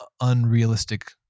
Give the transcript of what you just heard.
unrealistic